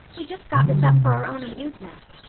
we just got this up for our own amusement.